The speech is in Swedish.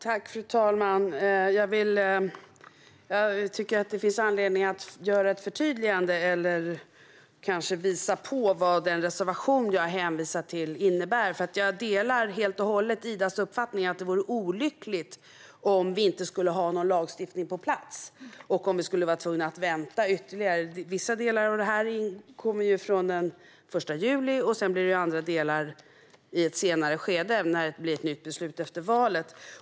Fru talman! Jag tycker att det finns anledning att göra ett förtydligande eller kanske visa på vad den reservation jag hänvisar till innebär. Jag delar helt och hållet Idas uppfattning att det vore olyckligt om vi inte skulle få någon lagstiftning på plats och vara tvungna att vänta ytterligare. Vissa delar av det här kommer från och med den 1 juli och andra delar i ett senare skede, när det blir ett nytt beslut efter valet.